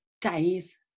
days